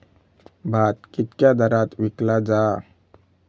भात कित्क्या दरात विकला जा?